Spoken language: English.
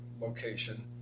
location